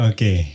Okay